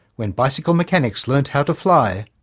when bicycle mechanics learnt how to fly.